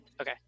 Okay